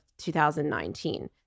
2019